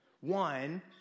One